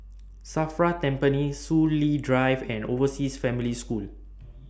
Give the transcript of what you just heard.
SAFRA Tampines Soon Lee Drive and Overseas Family School